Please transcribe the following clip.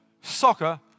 Soccer